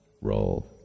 roll